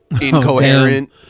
incoherent